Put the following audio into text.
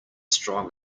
strong